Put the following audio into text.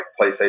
PlayStation